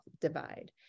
divide